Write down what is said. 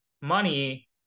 money